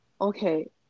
Okay